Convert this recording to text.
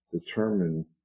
Determine